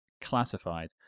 classified